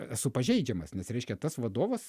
esu pažeidžiamas nes reiškia tas vadovas